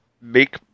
Make